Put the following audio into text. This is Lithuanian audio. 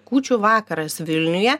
kūčių vakaras vilniuje